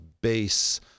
base